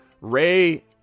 ray